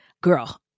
girl